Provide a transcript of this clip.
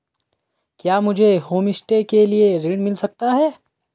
क्या मुझे होमस्टे के लिए ऋण मिल सकता है?